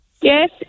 Yes